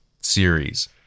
series